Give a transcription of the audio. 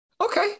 okay